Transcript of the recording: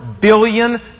billion